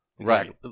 Right